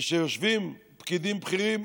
כשיושבים פקידים בכירים,